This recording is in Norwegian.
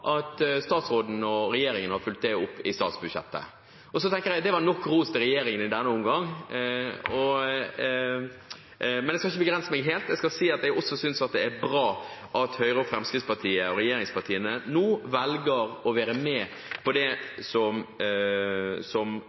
at statsråden og regjeringen har fulgt det opp i statsbudsjettet. Jeg tenker det var nok ros til regjeringen i denne omgang. Men jeg skal ikke begrense meg helt, jeg skal si at jeg også synes det er bra at Høyre og Fremskrittspartiet, regjeringspartiene, nå velger å være med på det som